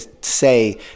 say